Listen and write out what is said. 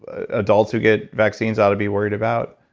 ah adults who get vaccines are to be worried about,